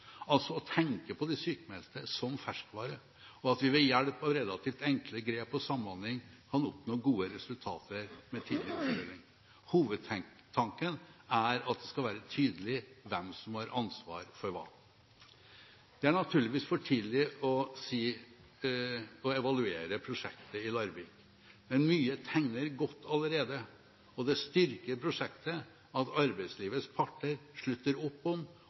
altså å tenke på de sykmeldte som ferskvare, og at vi ved hjelp av relativt enkle grep og samhandling kan oppnå gode resultater ved tidlig oppfølging. Hovedtanken er at det skal være tydelig hvem som har ansvaret for hva. Det er naturligvis for tidlig å evaluere prosjektet i Larvik. Men mye tegner godt allerede, og det styrker prosjektet at arbeidslivets parter slutter opp om